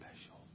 special